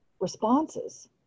responses